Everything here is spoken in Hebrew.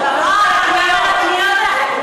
קניות.